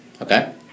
Okay